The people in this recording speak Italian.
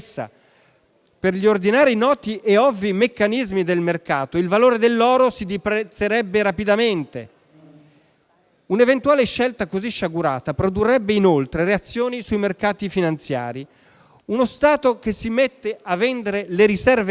per gli ordinari, noti e ovvi meccanismi del mercato il valore dell'oro si deprezzerebbe rapidamente. Una eventuale scelta così sciagurata produrrebbe inoltre reazioni sui mercati finanziari: uno Stato che si mette a vendere le riserve auree